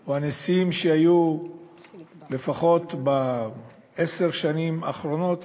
או הנשיאים שהיו לפחות בעשר השנים האחרונות